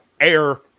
air